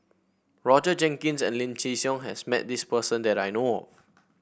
Roger Jenkins and Lim Chin Siong has met this person that I know of